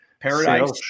Paradise